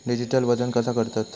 Digital वजन कसा करतत?